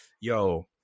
yo